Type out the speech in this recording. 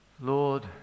Lord